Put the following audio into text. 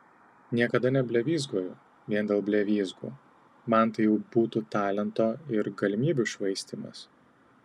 niekada neblevyzgoju vien dėl blevyzgų man tai jau būtų talento ir galimybių švaistymas